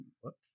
whoops